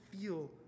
feel